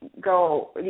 go